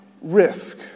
risk